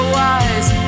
wise